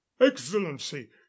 excellency